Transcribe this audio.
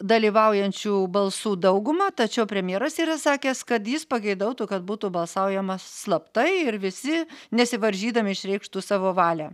dalyvaujančių balsų dauguma tačiau premjeras yra sakęs kad jis pageidautų kad būtų balsaujama slaptai ir visi nesivaržydami išreikštų savo valią